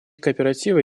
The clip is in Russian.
кооперативы